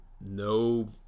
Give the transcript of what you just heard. no